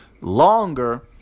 longer